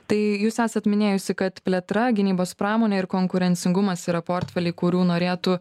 tai jūs esat minėjusi kad plėtra gynybos pramonė ir konkurencingumas yra portfeliai kurių norėtų